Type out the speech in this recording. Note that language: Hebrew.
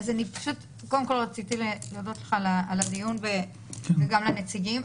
אז קודם כל רציתי להודות לך על הדיון וגם לנציגים,